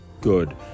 good